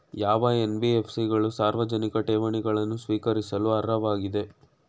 ಯಾವ ಎನ್.ಬಿ.ಎಫ್.ಸಿ ಗಳು ಸಾರ್ವಜನಿಕ ಠೇವಣಿಗಳನ್ನು ಸ್ವೀಕರಿಸಲು ಅರ್ಹವಾಗಿವೆ?